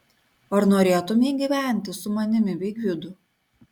ar norėtumei gyventi su manimi bei gvidu